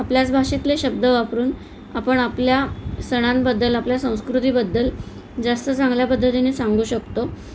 आपल्याच भाषेतले शब्द वापरून आपण आपल्या सणांबद्दल आपल्या संस्कृतीबद्दल जास्त चांगल्या पद्धतीने सांगू शकतो